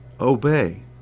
obey